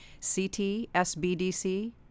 ctsbdc